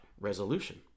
resolution